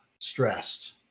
stressed